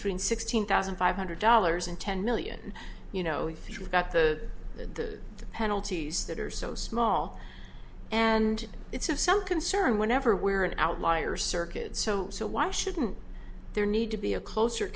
between sixteen thousand five hundred dollars and ten million you know if you've got the the penalties that are so small and it's of some concern whenever we're an outlier circuit so so why shouldn't there need to be a closer